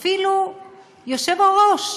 אפילו היושב-ראש,